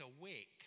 awake